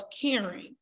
caring